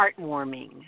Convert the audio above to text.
heartwarming